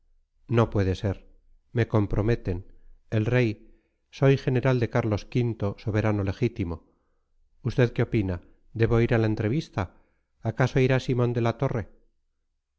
no puede ser me comprometen el rey soy general de carlos v soberano legítimo usted qué opina debo ir a la entrevista acaso irá simón de la torre